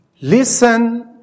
Listen